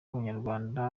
n’abanyarwanda